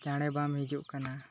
ᱪᱟᱬᱮ ᱵᱟᱢ ᱦᱤᱡᱩᱜ ᱠᱟᱱᱟ